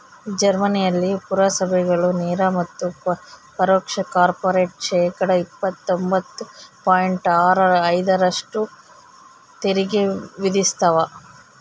ಜರ್ಮನಿಯಲ್ಲಿ ಪುರಸಭೆಗಳು ನೇರ ಮತ್ತು ಪರೋಕ್ಷ ಕಾರ್ಪೊರೇಟ್ ಶೇಕಡಾ ಇಪ್ಪತ್ತೊಂಬತ್ತು ಪಾಯಿಂಟ್ ಆರು ಐದರಷ್ಟು ತೆರಿಗೆ ವಿಧಿಸ್ತವ